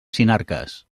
sinarques